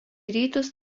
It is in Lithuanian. rytus